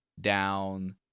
down